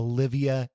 Olivia